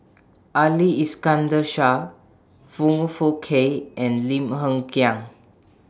Ali Iskandar Shah Foong Fook Kay and Lim Hng Kiang